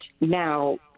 now